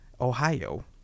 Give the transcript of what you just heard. Ohio